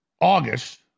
August